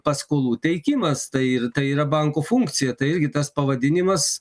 paskolų teikimas tai ir tai yra banko funkcija tai irgi tas pavadinimas